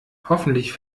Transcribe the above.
hoffentlich